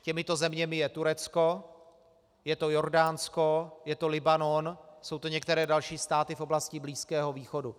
Těmito zeměmi je Turecko, je to Jordánsko, je to Libanon, jsou to některé další státy v oblasti Blízkého východu.